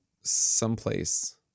someplace